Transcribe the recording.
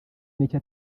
n’icyo